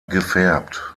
gefärbt